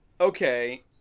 Okay